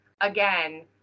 again